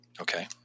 Okay